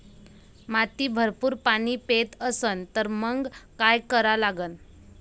माती भरपूर पाणी पेत असन तर मंग काय करा लागन?